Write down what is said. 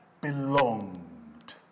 belonged